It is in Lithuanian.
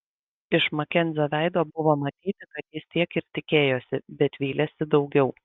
iš makenzio veido buvo matyti kad jis tiek ir tikėjosi bet vylėsi daugiau